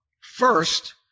first